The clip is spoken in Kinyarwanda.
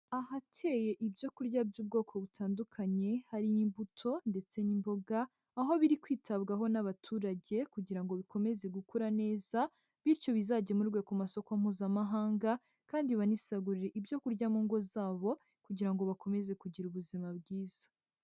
Ahateye ibyo kurya by'ubwoko butandukanye harimo imbuto ndetse n'imboga, aho biri kwitabwaho n'abaturage kugira ngo bikomeze gukura neza, bityo bizagemurwe ku masoko Mpuzamahanga kandi banisagurire ibyo kurya mu ngo zabo kugira ngo bakomeze kugira ubuzima bwiza.